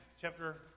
chapter